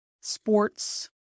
sports